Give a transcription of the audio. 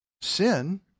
Sin